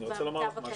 אני רוצה לומר לך משהו.